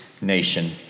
nation